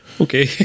Okay